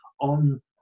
on